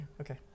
Okay